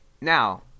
now